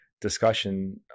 discussion